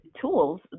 tools